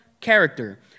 character